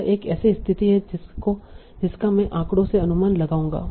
यह एक ऐसी स्थिति है जिसका मैं आंकड़ों से अनुमान लगाऊंगा